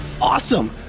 awesome